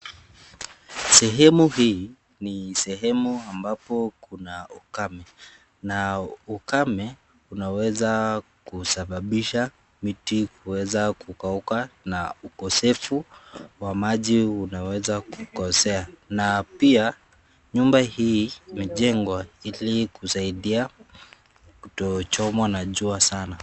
Sehemu hii, ni sehemu ambapo kuna ukame. Na ukame, unaweza kusababisha miti kuweza kukauka na ukosefu wa maji unaweza kukosea. Na pia, nyumba hii imejengwa ili kusaidia kutochomwa na jua sana.